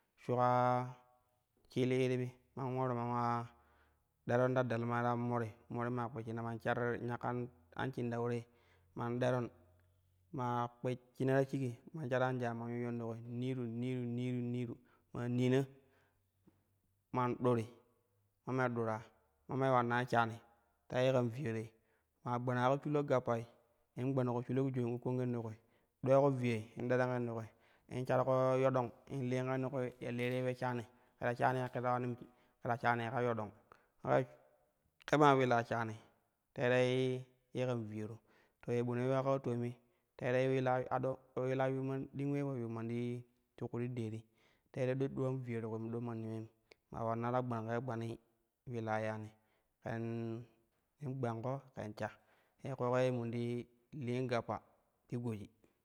Shuka shili iribi man ularu man ula deron ta dallmai ta mori, mori maa koshshina, man shar nyakkan amshindau te man deron maa kpishshina ta shigi man shar anjaa man yuyyan ti kwi niru, niru, niru maa nina man ɗuri ma maa dura ma mai ulannai shani, ta ye kan viyera, maa gbana ko shulak gappa in gbanko shula jaa in ukkan ken ti kwi, ɗuula ko viyei in deren ken ti kwi in shorko yodong in liin ken ti kwi ya le te ule shaari ke ta shani ka kira ulanim ke ta shaanii ka yodank ke maa uliila shanni terei ye kan viyero. To ye ɓo ne yuwa ka po toomi, teere uliila ado ulilla yuun man ding ulee po yuun man ti kuli ti deeti teere do duluan viyei ti kulim do manni uleim maa ulanna ta gbankei gbanii uuila yani ken in gbanko ken sha te ƙoƙo mun ti liin gappa ti goji.